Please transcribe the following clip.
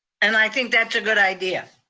and i think that's a good idea.